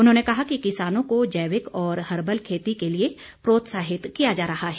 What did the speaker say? उन्होंने कहा कि किसानों को जैविक और हर्बल खेती के लिए प्रोत्साहित किया जा रहा है